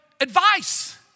advice